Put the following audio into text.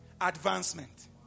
advancement